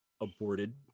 aborted